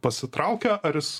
pasitraukia ar jis